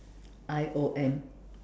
I O M